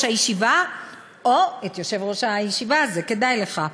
הישיבה או את יושב-ראש הישיבה" זה כדאי לך,